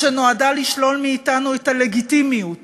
שנועדה לשלול מאתנו את הלגיטימיות